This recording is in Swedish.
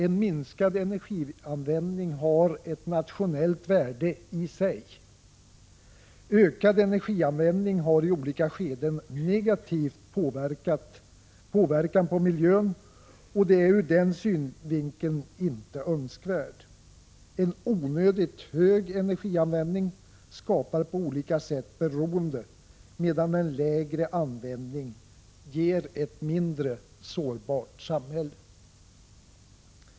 En minskad energianvändning har ett nationellt värde i sig. Ökad energianvändning har i Prot. 1985/86:124 olika skeden negativ inverkan på miljön och är ur den synvinkeln inte önskvärd. En onödigt hög energianvändning skapar på olika sätt beroende, medan en lägre användning ger ett mindre sårbart samhälle.